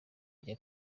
rya